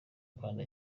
kandi